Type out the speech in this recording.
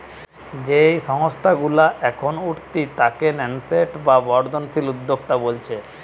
যেই সংস্থা গুলা এখন উঠতি তাকে ন্যাসেন্ট বা বর্ধনশীল উদ্যোক্তা বোলছে